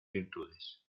virtudes